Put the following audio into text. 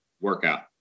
workout